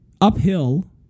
uphill